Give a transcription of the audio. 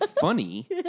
funny